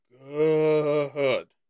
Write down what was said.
good